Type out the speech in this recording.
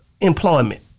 employment